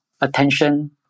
attention